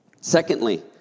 Secondly